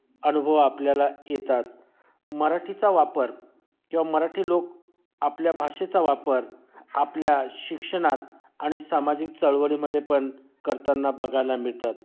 अनुभव आपल्याला येतात मराठीचा वापर किंवा मराठी लोक आपल्या भाषेचा वापर आपल्या शिक्षणात आणि सामाजिक चळवळीमध्ये पण करताना बघायला मिळतात